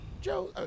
Joe